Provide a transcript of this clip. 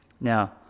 now